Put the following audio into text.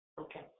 Okay